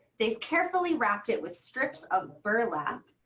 they've carefully wrapped it with strips of burlap,